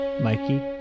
Mikey